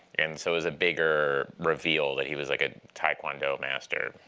and so it was a bigger reveal that he was like a taekwondo master,